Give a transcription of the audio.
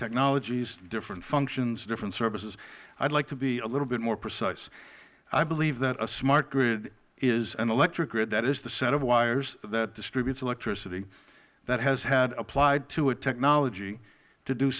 technologies different functions different services i would like to be a little bit more precise i believe that a smart grid is an electric grid that is the set of wires that distributes electricity that has had applied to it technology to do